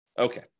Okay